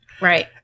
Right